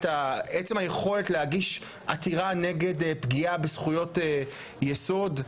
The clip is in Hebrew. עצם היכולת להגיש עתירה נגד הפגיעה בזכויות יסוד,